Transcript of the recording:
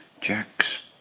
Jack's